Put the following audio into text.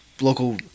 local